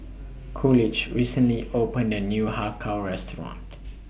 Coolidge recently opened A New Har Kow Restaurant